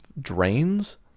drains